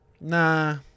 Nah